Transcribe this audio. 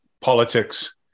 politics